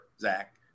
Zach